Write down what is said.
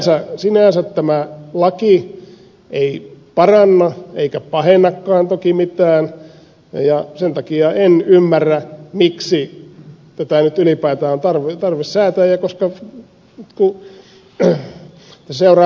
mutta sinänsä tämä laki ei paranna eikä pahennakaan toki mitään ja sen takia en ymmärrä miksi tätä nyt ylipäätään on tarvis säätää